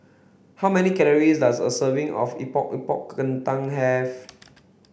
how many calories does a serving of Epok epok Kentang have